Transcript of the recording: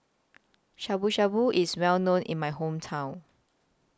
Shabu Shabu IS Well known in My Hometown